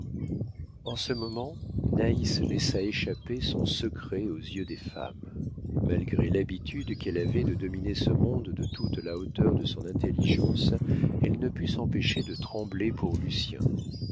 en ce moment naïs laissa échapper son secret aux yeux des femmes malgré l'habitude qu'elle avait de dominer ce monde de toute la hauteur de son intelligence elle ne put s'empêcher de trembler pour lucien